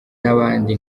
n’abandi